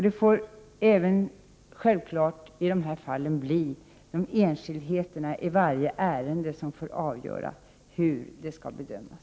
Det får självfallet bli enskildheterna i varje ärende som får avgöra hur det skall bedömas.